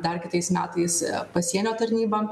dar kitais metais pasienio tarnyba